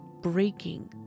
breaking